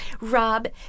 Rob